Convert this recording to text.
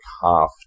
half